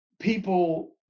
people